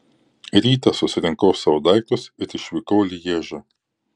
rytą susirinkau savo daiktus ir išvykau į lježą